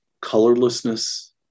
colorlessness